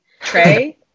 Trey